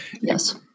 Yes